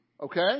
okay